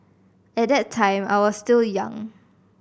at that time I was still young